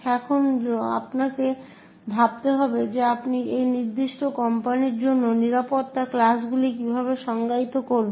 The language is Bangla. এখন আপনাকে ভাবতে হবে যে আপনি এই নির্দিষ্ট কোম্পানির জন্য নিরাপত্তা ক্লাসগুলি কীভাবে সংজ্ঞায়িত করবেন